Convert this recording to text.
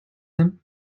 him